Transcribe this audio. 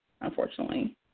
unfortunately